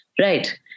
Right